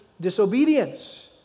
disobedience